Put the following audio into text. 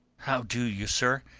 how do you, sir?